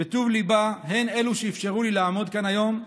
וטוב ליבה הם אלה שאפשרו לי לעמוד כאן היום.